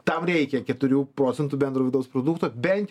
tam reikia keturių procentų bendro vidaus produkto bent